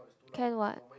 can what